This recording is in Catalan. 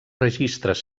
registres